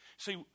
See